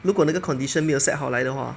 如果那个 condition 没有 set 好来的话